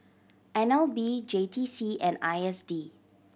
N L B J T C and I S D